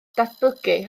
datblygu